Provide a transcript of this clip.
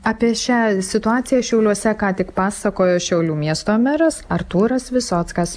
apie šią situaciją šiauliuose ką tik pasakojo šiaulių miesto meras artūras visockas